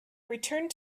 returned